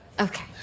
Okay